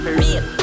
real